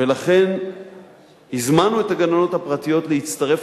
ולכן הזמנו את הגננות הפרטיות להצטרף